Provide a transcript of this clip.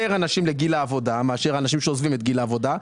אנשים לגיל העבודה מאשר אנשים שעוזבים את גיל העבודה,